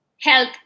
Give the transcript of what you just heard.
Health